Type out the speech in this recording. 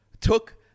took